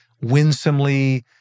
winsomely